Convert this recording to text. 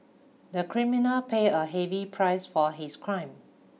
the criminal pay a heavy price for his crime